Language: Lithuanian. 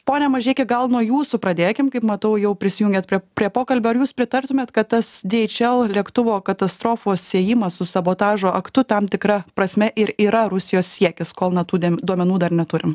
ponia mažeiki gal nuo jūsų pradėkim kaip matau jau prisijungėt prie prie pokalbio ar jūs pritartumėt kad tas dieičel lėktuvo katastrofos siejimas su sabotažo aktu tam tikra prasme ir yra rusijos siekis kol na tų dėm duomenų dar neturim